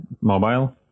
mobile